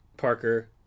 Parker